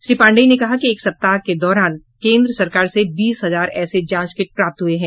श्री पांडेय ने कहा कि एक सप्ताह के दौरान केन्द्र सरकार से बीस हजार ऐसे जांच किट प्राप्त हुये है